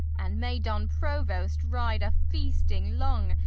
and may don provost ride a feasting long,